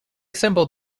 simple